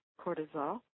cortisol